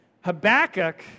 Habakkuk